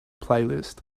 playlist